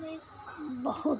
हमें बहुत